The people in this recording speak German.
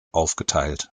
aufgeteilt